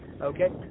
okay